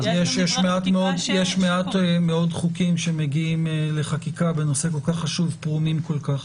יש מעט מאוד חוקים שמגיעים לחקיקה בנושא כל כך חשוב כשהם פרומים כל כך,